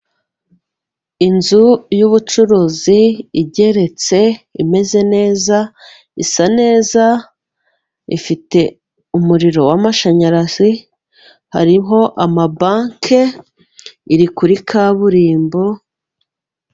Inzu yubucuruzi igeretse imeze neza isa neza, ifite umuriro w'amashanyarazi hariho amabanke iri kuri kaburimbo.